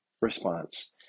response